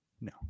no